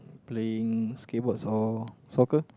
playing skateboards or soccer